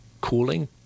cooling